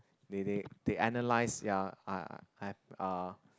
they they they analyse ya I I uh